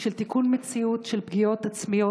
של תיקון מציאות של פגיעות עצמיות,